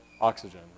oxygen